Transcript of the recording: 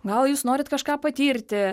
gal jūs norit kažką patirti